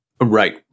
Right